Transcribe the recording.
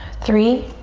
three,